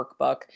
workbook